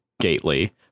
Gately